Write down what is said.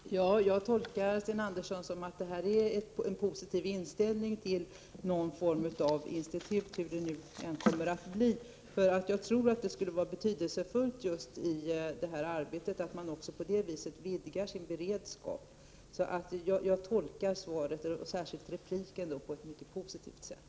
Fru talman! Jag tolkar det som Sten Andersson säger som att han har en positiv inställning till någon form av institut. Jag tror nämligen att det skulle vara betydelsefullt just i detta arbete om Sverige vidgade sin beredskap. Jag tolkar alltså utrikesministerns svar och inlägg på ett mycket positivt sätt.